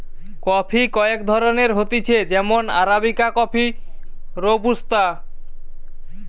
coffee কয়েক ধরণের হতিছে যেমন আরাবিকা কফি, রোবুস্তা